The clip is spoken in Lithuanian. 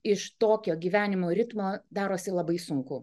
iš tokio gyvenimo ritmo darosi labai sunku